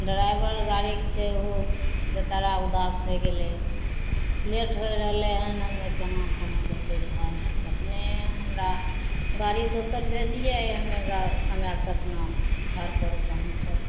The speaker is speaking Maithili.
ड्राइवर गाड़ीके छै ओहो बेचारा उदास होइ गेलै लेट होइ रहलै हँ कोना पहुँचेतै घर तऽ अपने हमरा गाड़ी दोसर भेजिए हमे समयसे अपना घरपर पहुँचब